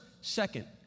Second